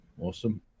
Awesome